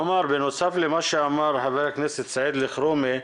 עומר, בנוסף למה שאמר חבר הכנסת סעיד אלחרומי,